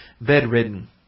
bedridden